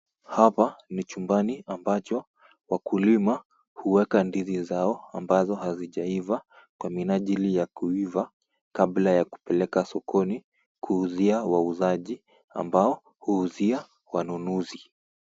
Hapa ni chumbani ambacho wakulima huweka ndizi zao ambazo hazijaiva kwa minajili ya kuiva, kabla ya kupeleka sokoni kuuzia wauzaji ambao huuzia wanunuzi.